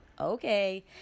Okay